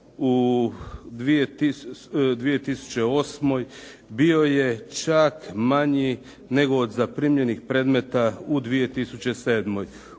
u 2008. bio je čak manji nego od zaprimljenih predmeta u 2007.